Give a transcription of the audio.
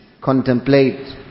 contemplate